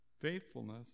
faithfulness